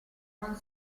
non